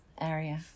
area